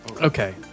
Okay